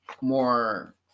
more